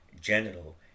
genital